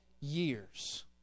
years